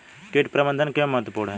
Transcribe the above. कीट प्रबंधन क्यों महत्वपूर्ण है?